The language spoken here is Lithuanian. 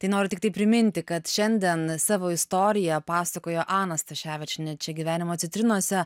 tai noriu tiktai priminti kad šiandien savo istoriją pasakojo ana staševičienė čia gyvenimo citrinose